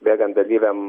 bėgant dalyviam